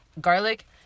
Garlic